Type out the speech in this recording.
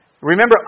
Remember